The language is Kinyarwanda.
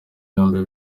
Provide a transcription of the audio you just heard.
yombi